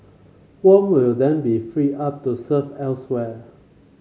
Wong will then be freed up to serve elsewhere